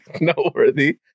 noteworthy